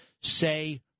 Say